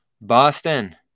Boston